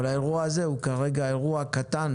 אבל האירוע הזה הוא כרגע אירוע קטן